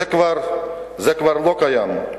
זה כבר לא קיים.